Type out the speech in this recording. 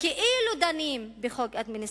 וכאילו דנים בחוק אדמיניסטרטיבי.